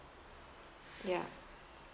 ya